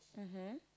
mmhmm